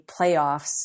playoffs